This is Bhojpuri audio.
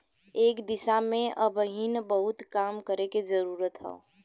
एह दिशा में अबहिन बहुते काम करे के जरुरत हौ